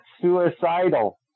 suicidal